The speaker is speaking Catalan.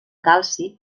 calci